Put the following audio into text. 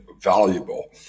valuable